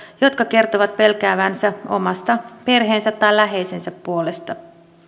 jotka kertovat pelkäävänsä omasta perheensä tai läheisensä puolesta